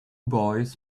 boys